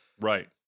Right